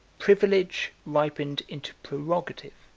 privilege ripened into prerogative,